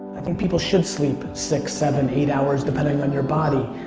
i think people should sleep six, seven, eight hours depending on your body.